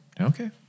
Okay